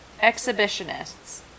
Exhibitionists